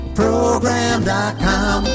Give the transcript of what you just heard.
program.com